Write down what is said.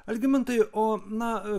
algimantai o na